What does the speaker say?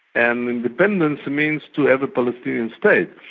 and independence means to have a palestinian state.